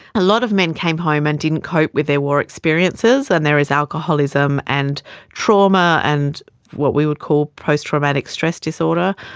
a lot of men came home and didn't cope with their war experiences, and there is alcoholism and trauma and what we would call post-traumatic stress disorder.